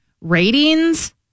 Ratings